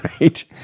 Right